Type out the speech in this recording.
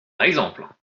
exemple